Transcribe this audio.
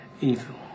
evil